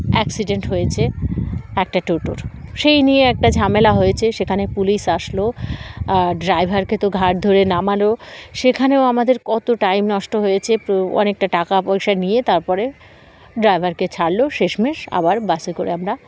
accident হয়েছে একটা টোটোর সেই নিয়ে একটা ঝামেলা হয়েছে সেখানে পুলিশ আসলো আর ড্রাইভারকে তো ঘাড় ধরে নামালো সেখানেও আমাদের কত টাইম নষ্ট হয়েছে অনেকটা টাকা পয়সা নিয়ে তার পরে ড্রাইভারকে ছাড়ল শেষমেশ আবার বাসে করে আমরা